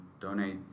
Donate